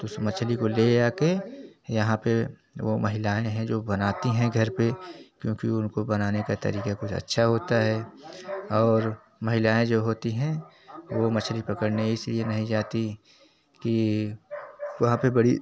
तो उस मछली को ले आकर यहाँ पर वे महिलाएँ हैं जो बनाती हैं घर पर क्योंकि उनको बनाने का तरीक़ा बहुत अच्छा होता है और महिलाएँ जो होती हैं वे मछली पकड़ने इसलिए नहीं जाती है कि वहाँ पर बड़ी